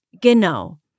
Genau